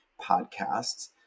podcasts